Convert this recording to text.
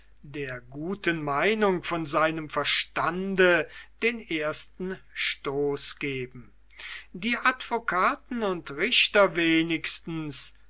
der guten meinung von seinem verstande den ersten stoß geben die advocaten und richter wenigstens